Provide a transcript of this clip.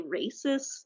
racist